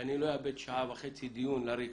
שאני לא אאבד שעה וחצי דיון לריק.